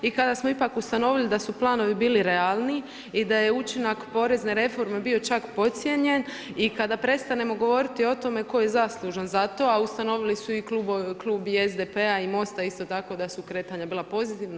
I kada smo ipak ustanovili da su planovi bili realni i da je učinak porezne reforme bio čak podcijenjen i kada prestanemo govoriti o tome tko je zaslužan za to, a ustanovili su i Klub SDP-a i Mosta isto tako da su kretanja bila pozitivna.